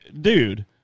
dude